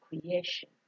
creation